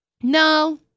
No